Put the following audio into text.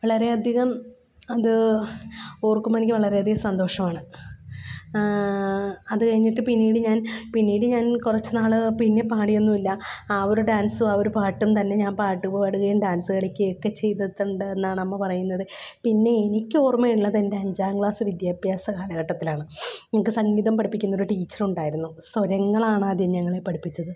വളരെയധികം അത് ഓർക്കുമ്പോൾ എനിക്ക് വളരെയധികം സന്തോഷമാണ് അതുകഴിഞ്ഞിട്ട് പിന്നീട് ഞാൻ പിന്നീട് ഞാൻ കുറച്ചു നാൾ പിന്നെ പാടിയൊന്നും ഇല്ല ആ ഒരു ഡാൻസും ആ ഒരു പാട്ടും തന്നെ ഞാൻ പാട്ടു പാടുകയും ഡാൻസ് കളിക്കുകയും ഒക്കെ ചെയ്തതിട്ടുണ്ട് എന്നാണമ്മ പറയുന്നത് പിന്നെ എനിക്കോർമ്മയുള്ളത് എൻ്റെ അഞ്ചാം ക്ലാസ് വിദ്യാഭ്യാസ കാലഘട്ടത്തിലാണ് നമുക്ക് സംഗീതം പഠിപ്പിക്കുന്നൊരു ടീച്ചറുണ്ടായിരുന്നു സ്വരങ്ങളാണാദ്യം ഞങ്ങളെ പഠിപ്പിച്ചത്